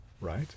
Right